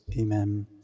amen